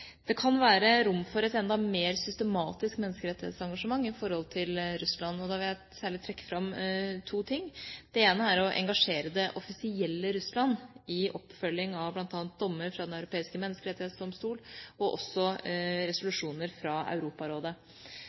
Det kan være rom for et enda mer systematisk menneskerettighetsengasjement i forhold til Russland, og da vil jeg særlig trekke fram to ting. Det ene er å engasjere det offisielle Russland i oppfølging av bl.a. dommer fra Den europeiske menneskerettighetsdomstol og også resolusjoner fra Europarådet.